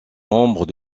membres